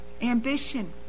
Ambition